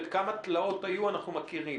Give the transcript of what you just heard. וכמה תלאות היו אנחנו מכירים.